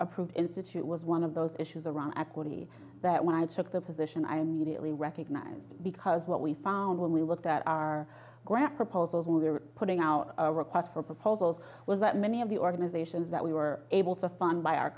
approved institute was one of those issues around equity that when i took the position i immediately recognized because what we found when we looked at our grant proposal who were putting out a request for proposals was that many of the organizations that we were able to fund by our